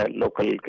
local